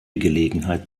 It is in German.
gelegenheit